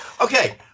Okay